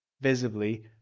visibly